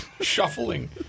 shuffling